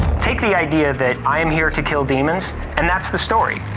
take the idea that i am here to kill demons and that's the story